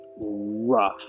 rough